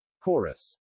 chorus